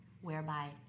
Whereby